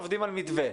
עובדים על מתווה.